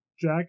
Jack